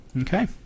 Okay